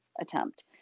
attempt